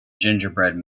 gingerbread